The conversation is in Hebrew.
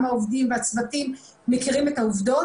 גם העובדים והצוותים מכירים את העובדות